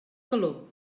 calor